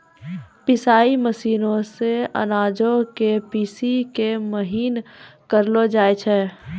पिसाई मशीनो से अनाजो के पीसि के महीन करलो जाय छै